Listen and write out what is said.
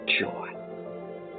joy